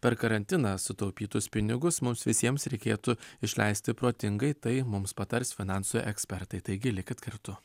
per karantiną sutaupytus pinigus mums visiems reikėtų išleisti protingai tai mums patars finansų ekspertai taigi likit kartu